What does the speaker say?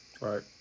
Right